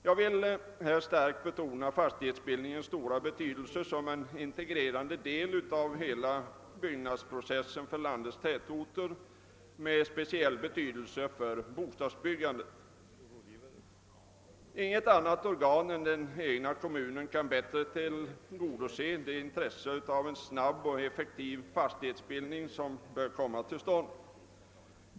Jag vill starkt betona fastighetsbildningens stora betydelse som integrerande del av hela byggnadsprocessen, särskilt när det gäller bostadsbyggandet för landets tätorter. Inget annat organ kan bättre än den egna kommunen tillgodose intresset av en snabb och effektiv fastighetsbildning.